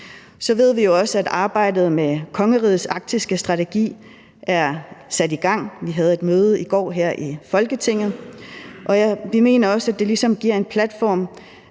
Så ved vi også, at arbejdet med kongerigets arktiske strategi er sat i gang. Vi havde et møde i går her i Folketinget, og vi mener også, at det ligesom giver en platform